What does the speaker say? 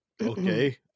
Okay